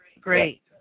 Great